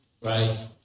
Right